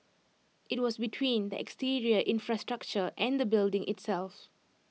IT was between the exterior infrastructure and the building itself